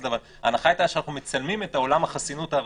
אבל ההנחה הייתה שאנחנו מצלמים את עולם החסינות הרגיל.